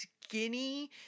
skinny